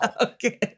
Okay